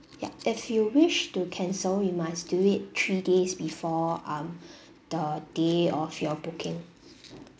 yup if you wish to cancel you must do it three days before um the day of your booking